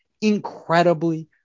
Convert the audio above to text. incredibly